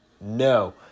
No